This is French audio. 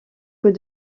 que